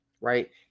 right